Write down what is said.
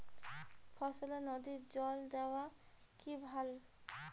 ফসলে নদীর জল দেওয়া কি ভাল?